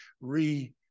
re